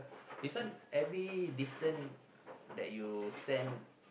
this one every distant that you send